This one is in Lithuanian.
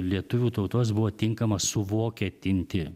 lietuvių tautos buvo tinkama suvokietinti